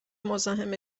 مزاحم